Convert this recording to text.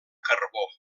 carbó